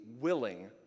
willing